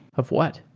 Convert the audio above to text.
of what?